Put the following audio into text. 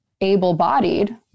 able-bodied